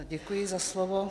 Děkuji za slovo.